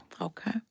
Okay